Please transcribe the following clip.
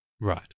Right